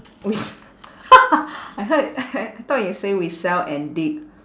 we s~ I heard I I thought you say we sell and dig